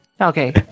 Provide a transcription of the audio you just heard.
Okay